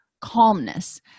calmness